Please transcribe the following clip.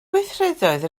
gweithredoedd